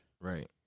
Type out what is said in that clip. Right